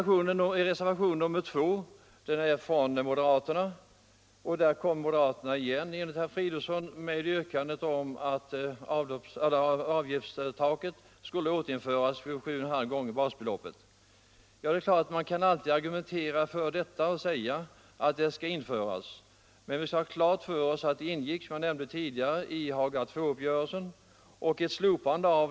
I reservationen 2 återkommer moderaterna, såsom herr Fridolfsson påpekade, med yrkandet att ett avgiftstak vid 7,5 gånger basbeloppet skall införas. Det är klart att man alltid kan argumentera för ett sådant yrkande. Vi skall emellertid komma ihåg att, som jag tidigare påpekade, slopandet av avgiftstaket ingick i Haga II-uppgörelsen.